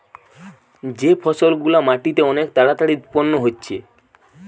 যে ফসল গুলা মাটিতে অনেক তাড়াতাড়ি উৎপাদন হচ্ছে